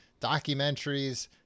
documentaries